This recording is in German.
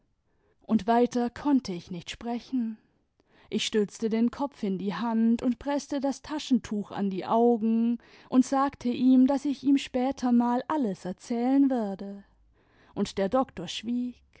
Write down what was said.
und weiter konnte ich nicht sprechen ich stützte den kopf in die hand und preßte das taschentuch an die augen und sagte ihm daß ich ihm später mal alles erzählen werde und der doktor schwieg